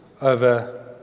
over